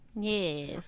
Yes